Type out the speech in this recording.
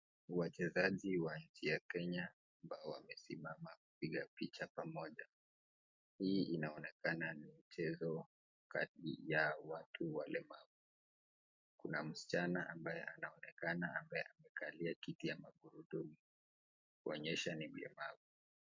Wachezaji wa nchi ya Kenya ambao wamesimama kupiga picha pamoja. Hii naonekana ni mchezo kati ya watu walemavu, kuna msichana ambaye anaonekana amekalia kiti ya magurudumu kuoneshya ni mlemavu.